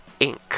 Inc